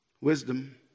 Wisdom